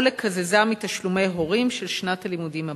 או לקזזם מתשלומי הורים של שנת הלימודים הבאה.